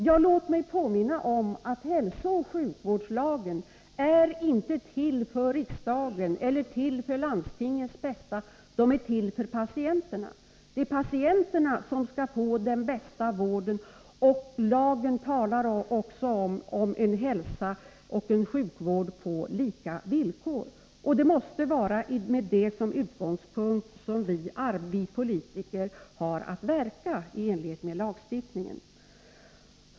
Ja, låt mig påminna om att hälsooch sjukvårdslagen inte är till för riksdagen eller till för landstingens bästa, utan för patienterna. Det är patienterna som skall få den bästa vården. Lagen talar också om hälsooch sjukvård på lika villkor. Det måste vara med utgångspunkt i detta som vi politiker verkar i enlighet med lagstiftningen.